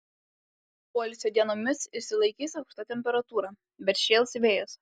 poilsio dienomis išsilaikys aukšta temperatūra bet šėls vėjas